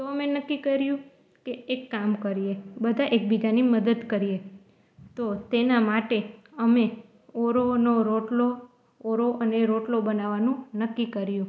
તો અમે નક્કી કર્યું કે એક કામ કરીએ બધા એકબીજાની મદદ કરીએ તો તેના માટે અમે ઓરોનો રોટલો ઓરો અને રોટલો બનાવાનું નક્કી કર્યું